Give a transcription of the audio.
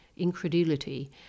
incredulity